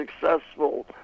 successful